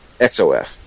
XOF